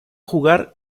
jugar